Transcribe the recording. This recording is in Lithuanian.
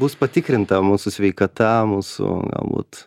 bus patikrinta mūsų sveikata mūsų galbūt